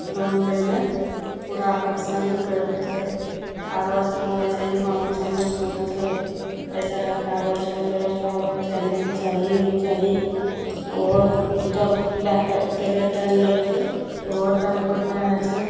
loan लै लए पूरा परेशानी करि दै छै कागज मँगय छै ई मँगय छै उ मँगय छै अइ तरहक कागज ओइ तरहके कागज चाही ई चाही उ चाही ओहो जब लए कऽ गेलय टाइम लेलकइ तऽ ओहो टाइमपर नहि होइ छै